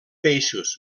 peixos